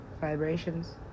vibrations